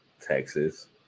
Texas